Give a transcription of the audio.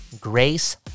Grace